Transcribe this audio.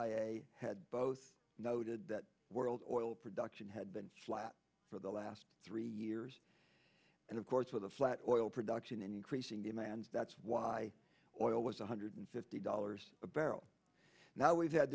e a had both noted that world oil production had been flat for the last three years and of course with the flat oil production increasing demand that's why always one hundred fifty dollars a barrel now we've had